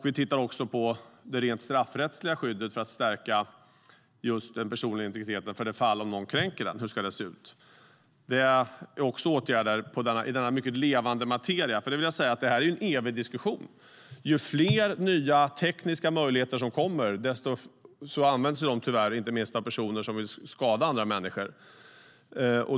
Vi tittar också på det rent straffrättsliga skyddet för att stärka den personliga integriteten: Vad ska ske i det fall någon kränker den? Det är också åtgärder i denna levande materia. Det här är en evig diskussion. De nya tekniska möjligheter som kommer används tyvärr inte minst av personer som vill skada andra människor.